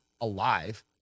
alive